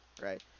right